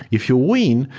if you win,